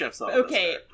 okay